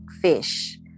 fish